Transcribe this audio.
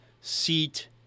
seat